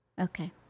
Okay